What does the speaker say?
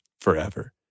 forever